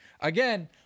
again